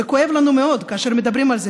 זה כואב לנו מאוד כאשר מדברים על זה,